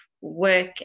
work